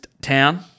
town